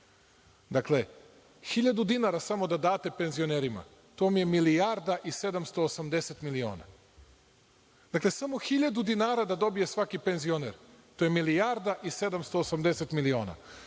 dakle, hiljadu dinara samo da date penzionerima, to vam je milijarda i 780 miliona. Dakle, samo hiljadu da dobije svaki penzioner, to je milijarda i 780 miliona.